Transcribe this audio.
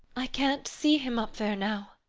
i can't see him up there now.